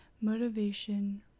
motivation